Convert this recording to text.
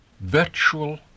virtual